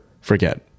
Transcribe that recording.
forget